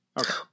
Okay